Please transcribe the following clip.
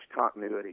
continuity